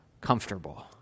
comfortable